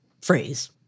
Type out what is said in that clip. phrase